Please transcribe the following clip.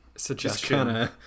suggestion